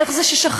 איך זה ששכחנו?